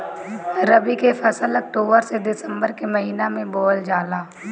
रबी के फसल अक्टूबर से दिसंबर के महिना में बोअल जाला